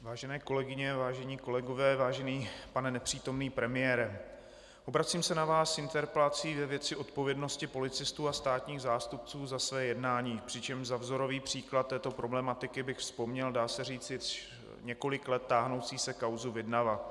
Vážené kolegyně, vážení kolegové, vážený pane nepřítomný premiére, obracím se na vás s interpelací ve věci odpovědnosti policistů a státních zástupců za své jednání, přičemž za vzorový příklad této problematiky bych vzpomněl dá se říci několik let se táhnoucí kauzu Vidnava.